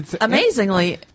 amazingly